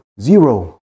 Zero